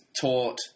taught